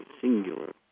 singular